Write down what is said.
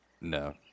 No